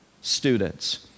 students